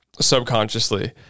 subconsciously